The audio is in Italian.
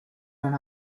non